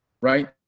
right